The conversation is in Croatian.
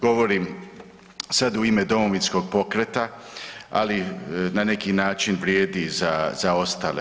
Govorim sada u ime Domovinskog pokreta, ali na neki način vrijedi za ostale.